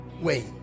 Wait